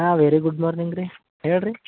ಹಾಂ very good morning ರೀ ಹೇಳಿ ರೀ